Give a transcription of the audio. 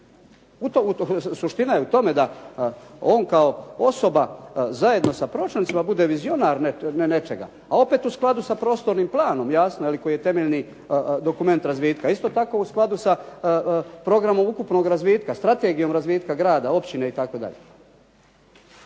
je u tome da on kao osoba zajedno sa pročelnicima bude vizionar nečega, a opet u skladu sa prostornim planom, jasno koji je temeljni dokument razvitka. Isto tako u skladu sa programom ukupnog razvitka, strategijom razvitka rada, općine itd.